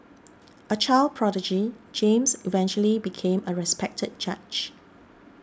a child prodigy James eventually became a respected judge